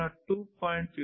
15